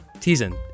teasing